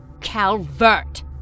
Calvert